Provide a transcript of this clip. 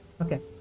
okay